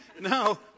No